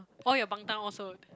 all your bangtan all so